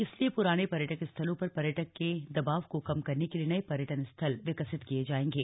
इसलिए पुराने पर्यटक स्थलों पर पर्यटक के दबाव को कम करने के लिए नये पर्यटन स्थल विकासित किये जाएंगे